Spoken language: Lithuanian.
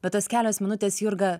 bet taos kelios minutės jurga